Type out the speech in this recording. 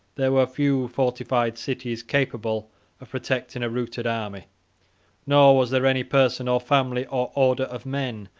there were few fortified cities capable of protecting a routed army nor was there any person, or family, or order of men,